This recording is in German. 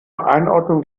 einordnung